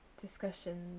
discussions